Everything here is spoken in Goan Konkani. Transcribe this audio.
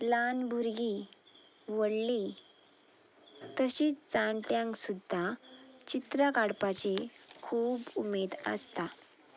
ल्हान भुरगीं व्हडलीं तशींच जाणट्यांक सुद्दां चित्रां काडपाची खूब उमेद आसता